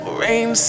rain